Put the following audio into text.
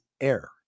air